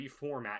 reformat